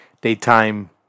daytime